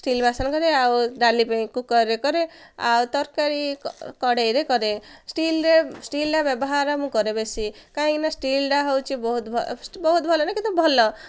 steel ବାସନ କରେ ଆଉ ଡାଲି ପାଇଁ କୁକରରେ କରେ ଆଉ ତରକାରୀ କଡ଼େଇରେ କରେ ଷ୍ଟିଲରେ ଷ୍ଟିଲଟା ବ୍ୟବହାର ମୁଁ କରେ ବେଶି କାହିଁକିନା ଷ୍ଟିଲଟା ହେଉଛି ବହୁତ ବହୁତ ଭଲ ନା କିନ୍ତୁ ଭଲ